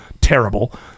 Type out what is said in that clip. terrible